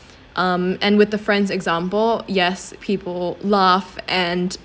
um and with the friends example yes people laugh and